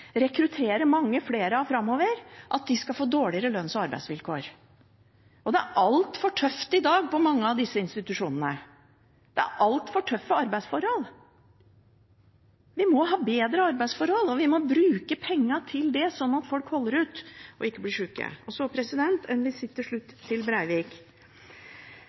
rekruttere mange flere av framover, skal få dårligere lønns- og arbeidsvilkår. Det er altfor tøft på mange av disse institusjonene i dag – det er altfor tøffe arbeidsforhold. Vi må ha bedre arbeidsforhold, og vi må bruke pengene til det, sånn at folk holder ut og ikke blir sjuke. Til slutt en visitt til representanten Breivik: